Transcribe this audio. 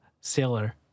sailor